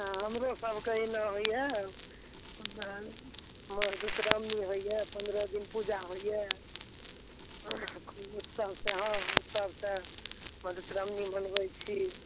हँ हमरो सबके एने होइए मधुश्राओनी होइए पन्द्रह दिन पूजा होइए खूब उत्सब से हँ उत्सबसँ मधुश्राओनी मनबैत छी